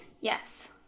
Yes